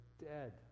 dead